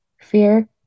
Fear